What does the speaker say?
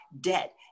debt